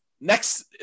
next